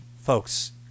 folks